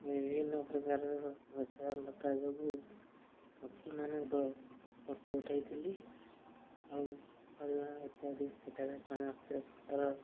ବିଭିନ୍ନ ପ୍ରକାରର ଗଛ ଲତା ଯୋଗୁଁ ପକ୍ଷୀମାନଙ୍କ ଫଟୋ ଉଠେଇଥିଲି ଆଉ ହରିଣ ଇତ୍ୟାଦି ସେଠାରେ ସମସ୍ତେ ପ୍ରକାର